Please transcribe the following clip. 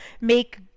make